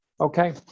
Okay